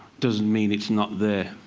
doesn't mean it's not there.